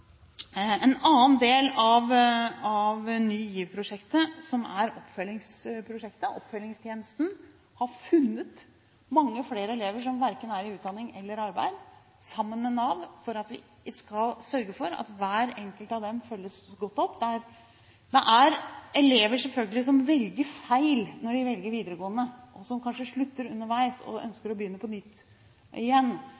En annen del av Ny GIV-prosjektet, oppfølgingsprosjektet og oppfølgingstjenesten, har funnet mange flere elever som verken er i utdanning eller arbeid, og sammen med Nav skal man sørge for at hver enkelt av dem følges godt opp. Det er elever, selvfølgelig, som velger feil når de velger videregående opplæring, og som kanskje slutter underveis og